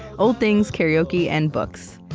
old things, karaoke, and books.